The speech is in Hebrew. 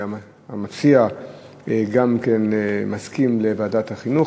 המציע גם כן מסכים להעביר לוועדת החינוך,